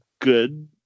good